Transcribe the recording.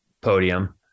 podium